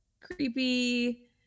creepy